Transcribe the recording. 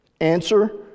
Answer